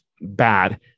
bad